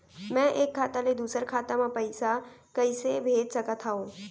मैं एक खाता ले दूसर खाता मा पइसा कइसे भेज सकत हओं?